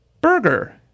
burger